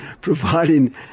providing